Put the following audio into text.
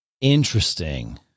Interesting